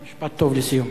משפט טוב לסיום.